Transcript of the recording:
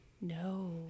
No